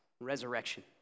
resurrection